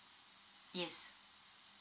yes